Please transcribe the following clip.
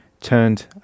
turned